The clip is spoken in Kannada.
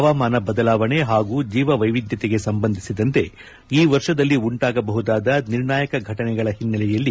ಹವಾಮಾನ ಬದಲಾವಣೆ ಹಾಗೂ ಜೀವವೈನಿಧ್ವತೆಗೆ ಸಂಬಂದಿಸಿದಂತೆ ಈ ವರ್ಷದಲ್ಲಿ ಉಂಟಾಗಬಹುದಾದ ನಿರ್ಣಾಯಕ ಘಟನೆಗಳ ಹಿನ್ನೆಲೆಯಲ್ಲಿ